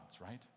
right